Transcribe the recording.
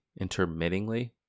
Intermittingly